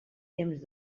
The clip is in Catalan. temps